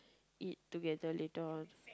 eat together later